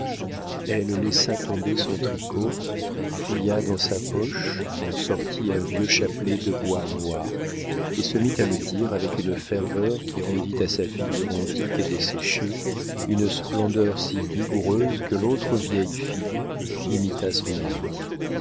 elle laissa tomber son tricot fouilla dans sa poche en sortit un vieux chapelet de bois noir et se mit à le dire avec une ferveur qui rendit à sa figure antique et desséchée une splendeur si vigoureuse que l'autre vieille fille imita son amie